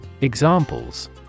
Examples